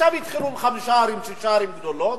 עכשיו התחילו עם חמש ערים, שש ערים גדולות,